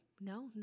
No